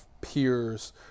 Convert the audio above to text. peers